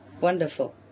Wonderful